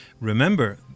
Remember